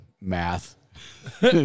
math